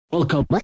Welcome